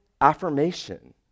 affirmation